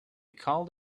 called